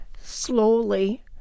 slowly